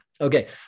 Okay